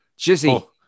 Jizzy